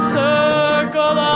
circle